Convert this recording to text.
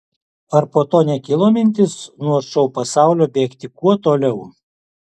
ar po to nekilo mintis nuo šou pasaulio bėgti kuo toliau